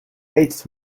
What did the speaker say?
eighth